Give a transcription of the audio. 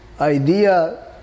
idea